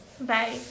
Bye